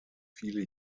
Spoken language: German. viele